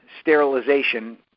sterilization